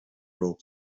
role